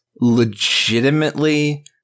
legitimately